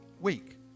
week